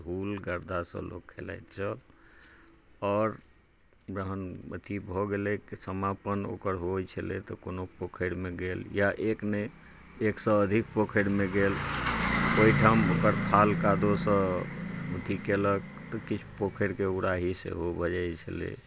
धूल गर्दा सॅं लोक खेलैत छल आओर जहन अथी भऽ गेलै समापन ओकर होइ छलै तऽ कोनो पोखरि मे गेल या एक नहि एक सॅं अधिक पोखरि मे गेल ओहिठाम ओकर थाल कादोसँ अथी केलक तऽ किछु पोखरि के उराही सेहो भऽ जाइ छलै